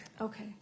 Okay